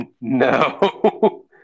No